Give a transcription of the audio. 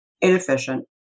inefficient